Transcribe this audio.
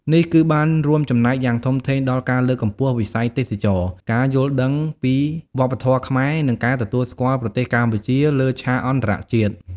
នេះគឺបានរួមចំណែកយ៉ាងធំធេងដល់ការលើកកម្ពស់វិស័យទេសចរណ៍ ការយល់ដឹងពីវប្បធម៌ខ្មែរ និងការទទួលស្គាល់ប្រទេសកម្ពុជាលើឆាកអន្តរជាតិ។